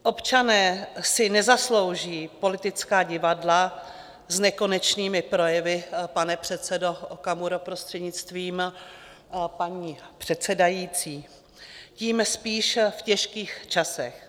Občané si nezaslouží politická divadla s nekonečnými projevy pane předsedo Okamuro, prostřednictvím paní předsedající tím spíš v těžkých časech.